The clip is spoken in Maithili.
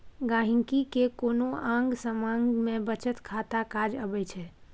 गांहिकी केँ कोनो आँग समाँग मे बचत खाता काज अबै छै